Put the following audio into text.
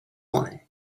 one